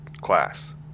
class